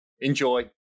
Enjoy